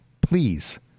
Please